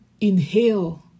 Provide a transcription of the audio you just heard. inhale